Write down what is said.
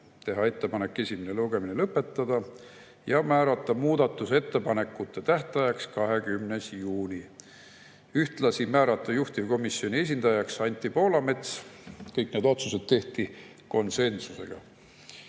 teha ettepanek esimene lugemine lõpetada ja määrata muudatusettepanekute tähtajaks 20. juuni. Ühtlasi [otsustati] määrata juhtivkomisjoni esindajaks Anti Poolamets. Kõik need otsused tehti konsensusega.